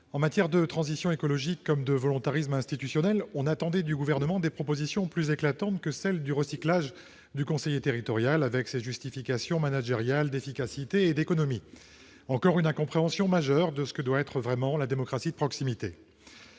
En matière de transition écologique comme de volontarisme institutionnel, on attendait du Gouvernement des propositions plus éclatantes que le recyclage du conseiller territorial, avec ses justifications managériales d'efficacité et d'économies. Encore une incompréhension majeure sur ce que doit véritablement être la démocratie de proximité